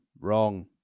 wrong